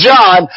John